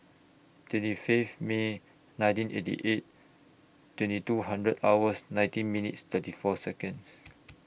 twenty Fifth May nineteen eighty eight twenty two hundred hours nineteen minutes thirty four Seconds